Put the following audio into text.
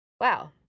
wow